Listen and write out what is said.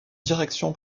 direction